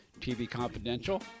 tvconfidential